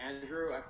Andrew